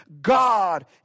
God